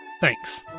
Thanks